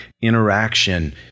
interaction